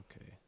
Okay